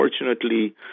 Unfortunately